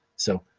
so,